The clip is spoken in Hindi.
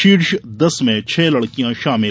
शीर्ष दस में छह लड़कियां शामिल